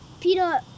Peter